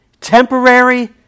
temporary